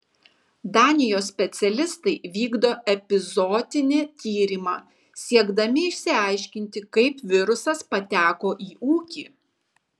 danijos specialistai vykdo epizootinį tyrimą siekdami išsiaiškinti kaip virusas pateko į ūkį